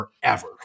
forever